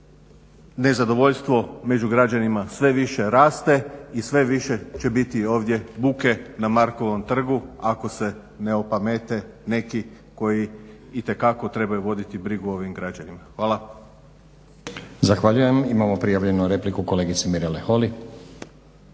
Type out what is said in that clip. nezadovoljstvo među građanima sve više raste i sve više će biti ovdje buke na Markovom trgu ako se ne opamete neki koji itekako trebaju voditi brigu o ovim građanima. Hvala.